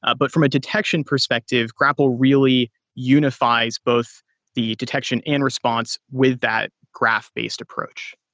ah but from a detection perspective, grapl really unifies both the detection and response with that graph-based approach.